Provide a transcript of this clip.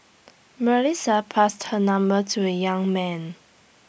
Melissa passed her number to the young man